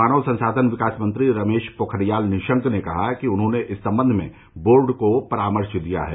मानव संसाधन विकास मंत्री रमेश पोखरियाल निशंक ने कहा कि उन्होंने इस संबंध में बोर्ड को परामर्श दिया है